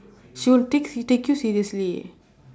she'll take take you seriously